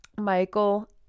Michael